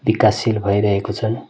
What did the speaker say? विकासशील भइरहेको छन्